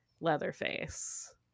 Leatherface